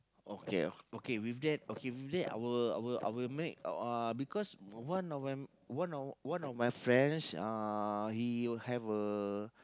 okay okay with that okay with that I will I will I will make uh because one of my one of one of my friends uh he have a